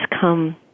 come